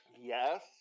yes